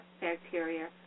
bacteria